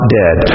dead